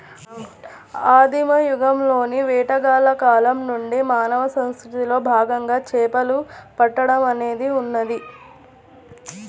ఆదిమ యుగంలోని వేటగాళ్ల కాలం నుండి మానవ సంస్కృతిలో భాగంగా చేపలు పట్టడం అనేది ఉన్నది